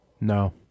No